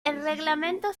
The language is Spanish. reglamento